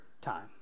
time